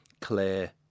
clear